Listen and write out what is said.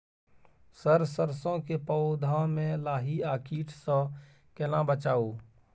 Sir सरसो के पौधा में लाही आ कीट स केना बचाऊ?